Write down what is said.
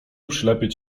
przylepiać